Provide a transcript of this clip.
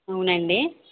అవునండి